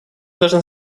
должны